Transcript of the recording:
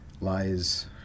Lies